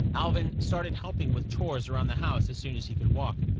alvin started helping with chores around the house as soon as he could walk.